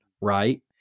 right